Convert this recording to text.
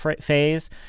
phase